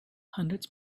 hundreds